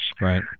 Right